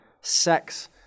sex